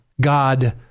God